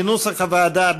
כנוסח הוועדה,